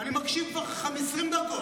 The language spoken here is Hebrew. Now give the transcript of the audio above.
אני חייב לענות לו.